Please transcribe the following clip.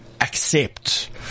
Accept